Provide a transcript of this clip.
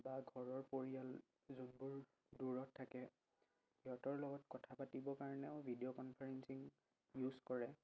বা ঘৰৰ পৰিয়াল যোনবোৰ দূৰত থাকে সিহঁতৰ লগত কথা পাতিবৰ কাৰণেও ভিডিঅ' কনফাৰেঞ্চিং ইউজ কৰে